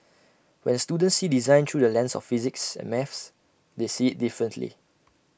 when students see design through the lens of physics and maths they see IT differently